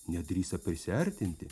nedrįso prisiartinti